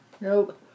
Nope